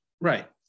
Right